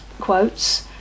quotes